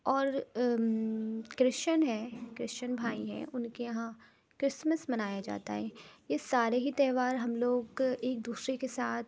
اور کرشین ہیں کرشین بھائی ہیں ان کے یہاں کرسمس منایا جاتا ہے اس سارے ہی تہوار ہم لوگ ایک دوسرے کے ساتھ